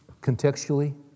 contextually